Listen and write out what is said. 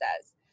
says